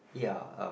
ya um